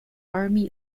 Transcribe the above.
army